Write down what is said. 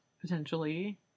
potentially